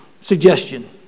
suggestion